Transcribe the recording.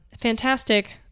Fantastic